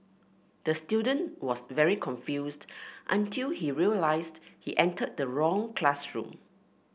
the student was very confused until he realised he entered the wrong classroom